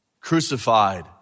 crucified